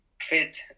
fit